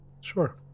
Sure